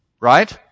Right